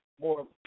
more